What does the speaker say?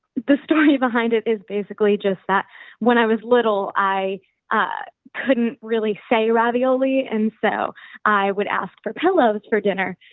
the story behind it is basically just that when i was little i i couldn't really say ravioli, and so i would ask for pillows for dinner,